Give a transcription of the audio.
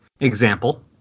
example